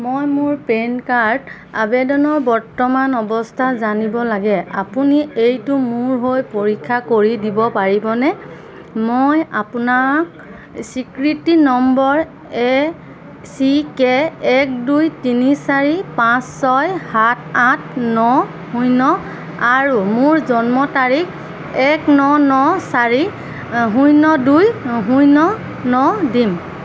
মই মোৰ PAN card আবেদনৰ বৰ্তমানৰ অৱস্থা জানিব লাগে আপুনি এইটো মোৰ হৈ পৰীক্ষা কৰি দিব পাৰিবনে মই আপোনাক স্বীকৃতি নম্বৰ এ চি কে এক দুই তিনি চাৰি পাঁচ ছয় সাত আঠ ন শূন্য আৰু মোৰ জন্মৰ তাৰিখ এক ন ন চাৰি শূন্য দুই শূন্য ন দিম